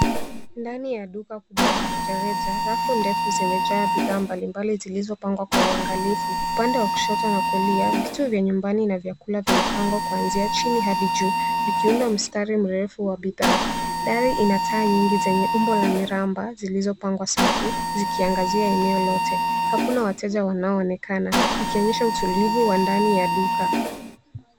Ndani ya duka kubwa la rejareja, rafu ndefu zimejaa bidhaa mbalimbali zilizopangwa kwa uangalifu. Upande wa kushoto na kulia, vitu vya nyumbani na vyakula vimepakwa kuanzia chini hadi juu, vikiunda mstari mrefu wa bidhaa. Dari ina taa nyingi zenye umbo la mraba zilizopanga safu, zikiangazia eneo lote. Hakuna wateja wanaoonekana, ikionyesha utulivu wa ndani ya duka.